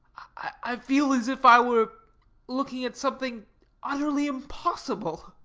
i feel as if i were looking at something utterly impossible.